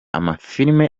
amafilime